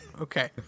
okay